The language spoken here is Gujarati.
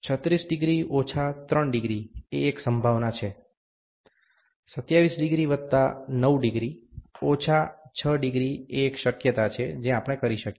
36° ઓછા 3° એ એક સંભાવના છે ૨7° વત્તા 9° ઓછા 6° એ એક શક્યતા છે જે આપણે કરી શકીએ